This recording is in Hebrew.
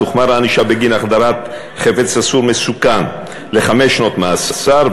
תוחמר הענישה בגין החדרת חפץ אסור מסוכן לחמש שנות מאסר,